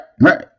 Right